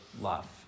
love